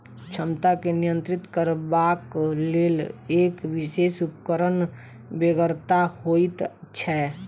क्षमता के नियंत्रित करबाक लेल एक विशेष उपकरणक बेगरता होइत छै